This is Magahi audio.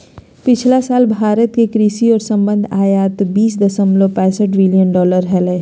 पिछला साल भारत के कृषि और संबद्ध आयात बीस दशमलव पैसठ बिलियन डॉलर हलय